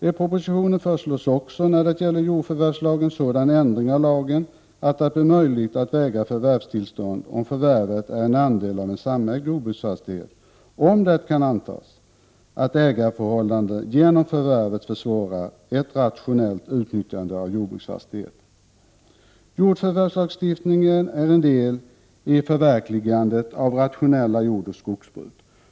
I propositionen föreslås också när det gäller jordförvärvslagen sådan ändring av lagen, att det blir möjligt att vägra förvärvstillstånd om förvärvet är en andel av en samägd jordbruksfastighet, om det kan antas att ägarförhållandena genom förvärvet försvårar ett rationellt utnyttjande av jordbruksfastigheten. Jordförvärvslagstiftningen är en del i förverkligandet av rationella jordoch skogsbruk.